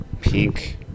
pink